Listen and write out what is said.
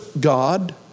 God